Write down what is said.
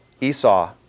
Esau